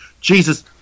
Jesus